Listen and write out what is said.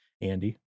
Andy